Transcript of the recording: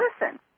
listen